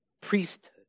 priesthood